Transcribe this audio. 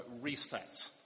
reset